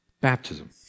baptism